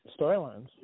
storylines